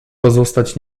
pozostać